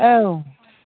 औ